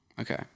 Okay